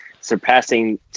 surpassing